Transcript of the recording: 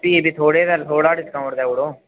फ्ही बी थोह्ड़े थोह्ड़ा डिस्काउन्ट देई ओड़ो